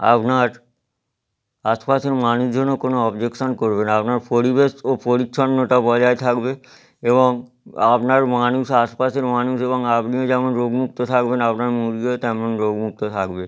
আপনার আশপাশের মানুষজনও কোনও অবজেকশন করবে না আপনার পরিবেশ ও পরিচ্ছন্নতা বজায় থাকবে এবং আপনার মানুষ আশেপাশের মানুষ এবং আপনিও যেমন রোগমুক্ত থাকবেন আপনার মুরগিও তেমন রোগমুক্ত থাকবে